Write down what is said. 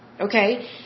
okay